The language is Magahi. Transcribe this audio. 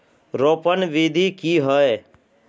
रोपण विधि की होय?